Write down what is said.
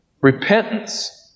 Repentance